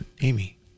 Amy